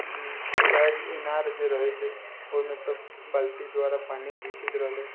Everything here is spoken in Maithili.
पैघ इनार जे रहै छै ओहिमेसँ बाल्टी द्वारा पानि घीचैत रहलै